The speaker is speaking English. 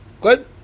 good